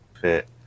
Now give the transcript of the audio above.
fit